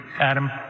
Adam